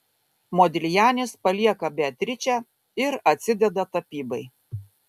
modiljanis palieka beatričę ir atsideda tapybai